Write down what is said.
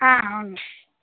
ఆ అవును